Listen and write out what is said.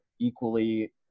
equally